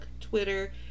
Twitter